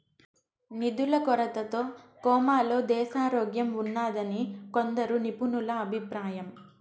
నిధుల కొరతతో కోమాలో దేశారోగ్యంఉన్నాదని కొందరు నిపుణుల అభిప్రాయం